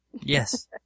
Yes